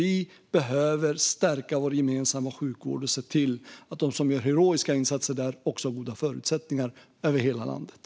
Vi behöver stärka vår gemensamma sjukvård och se till att de som gör heroiska insatser där också har goda förutsättningar över hela landet.